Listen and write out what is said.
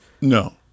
No